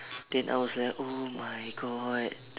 then I was like oh my god